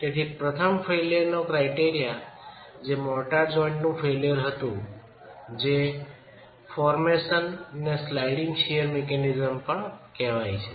તેથી પ્રથમ ફેઇલ્યરનો ક્રાયટેરિયા જે મોર્ટાર જોઇન્ટની ફેઇલ્યર હતું જે ફોરમેસન ને સ્લાઇડિંગ શીયર મિકેનિઝમ પણ કહેવાય છે